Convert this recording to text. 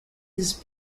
his